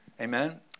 Amen